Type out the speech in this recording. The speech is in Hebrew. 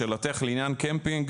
לשאלתך לעניין קמפינג,